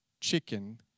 chicken